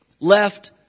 left